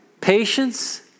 patience